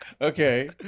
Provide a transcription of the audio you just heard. Okay